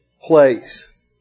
place